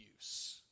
use